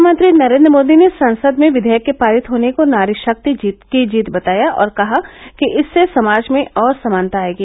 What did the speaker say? प्रधानमंत्री नरेन्द्र मोदी ने संसद में विधेयक के पारित होने को नारी शक्ति की जीत बताया और कहा कि इससे समाज में और समानता आयेगी